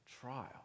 trial